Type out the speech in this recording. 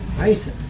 rice in